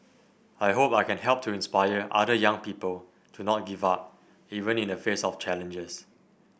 I hope I can help to inspire other young people to not give up even in the face of challenges